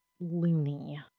loony